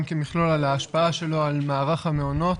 גם כמכלול על ההשפעה שלו על מערך המעונות.